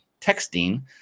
texting